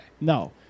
No